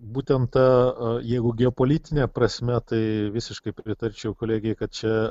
būtent ta jeigu geopolitine prasme tai visiškai pritarčiau kolegei kad čia